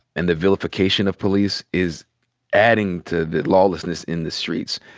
and the vilification of police, is adding to the lawlessness in the streets.